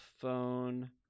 phone